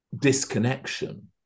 disconnection